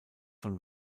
von